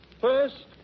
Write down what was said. First